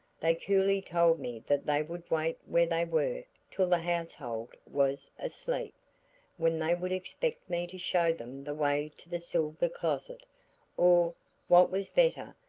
they coolly told me that they would wait where they were till the household was asleep, when they would expect me to show them the way to the silver closet or what was better,